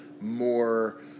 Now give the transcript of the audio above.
more